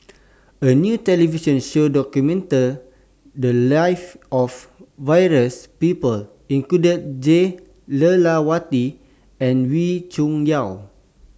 A New television Show documented The Lives of various People including Jah Lelawati and Wee Cho Yaw